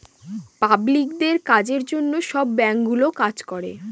পাবলিকদের কাজের জন্য সব ব্যাঙ্কগুলো কাজ করে